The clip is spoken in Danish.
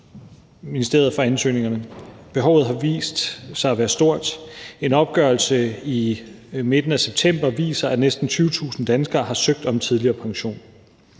Behovet har vist sig at være stort. En opgørelse i midten af september viser, at næsten 20.000 danskere har søgt om tidligere pension.